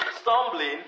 stumbling